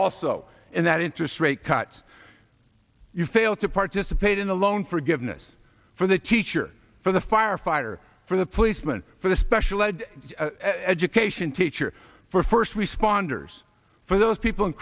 also and that interest rate cut you fail to participate in the loan forgiveness for the teacher for the firefighter for the policeman for the special ed education teacher for first responders for those people in